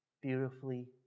beautifully